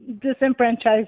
disenfranchised